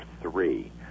three